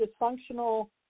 dysfunctional